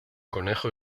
conejo